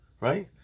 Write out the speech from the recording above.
right